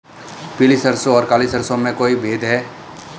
पीली सरसों और काली सरसों में कोई भेद है?